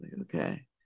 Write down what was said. Okay